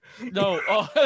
No